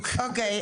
אוקיי.